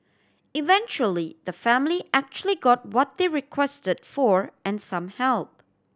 eventually the family actually got what they requested for and some help